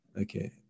Okay